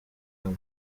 hano